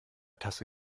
tasse